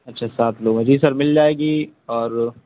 اچھا سات لوگ ہیں جی سر مل جائے گی اور